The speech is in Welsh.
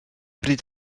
bryd